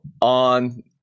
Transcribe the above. on